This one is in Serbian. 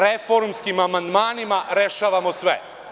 Reformskim amandmanima rešavamo sve.